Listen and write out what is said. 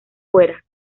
fuera